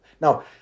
Now